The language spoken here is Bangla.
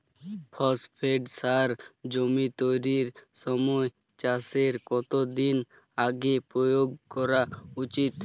ফসফেট সার জমি তৈরির সময় চাষের কত দিন আগে প্রয়োগ করা উচিৎ?